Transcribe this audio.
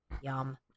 Yum